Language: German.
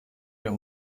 der